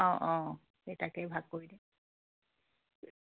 অঁ অঁ সেই তাকেই ভাগ কৰি দিম